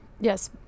Yes